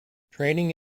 trading